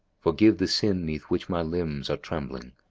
forgive the sin neath which my limbs are trembling,